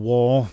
War